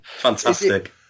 fantastic